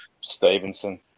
Stevenson